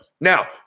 Now